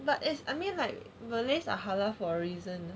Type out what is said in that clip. but is I mean like malays are halal for a reason